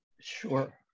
Sure